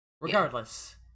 Regardless